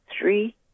three